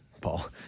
Paul